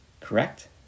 correct